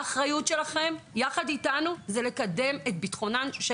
האחריות שלכם, יחד איתנו, היא לקדם את ביטחונם של